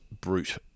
brute